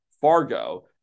Fargo